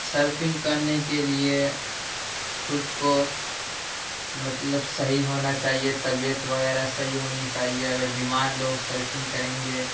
surfing کرنے کے لیے خود کو مطلب صحیح ہونا چاہیے طبیعت وغیرہ صحیح ہونی چاہیے اگر بیمار لوگ سرفنگ کریں گے